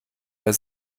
der